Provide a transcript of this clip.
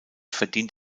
verdient